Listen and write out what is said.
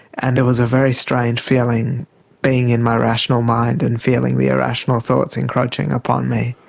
and it was a very strange feeling being in my rational mind and feeling the irrational thoughts encroaching upon me.